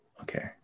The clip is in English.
Okay